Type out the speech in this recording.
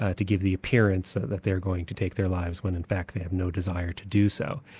ah to give the appearance ah that they're going to take their lives when in fact they have no desire to do so.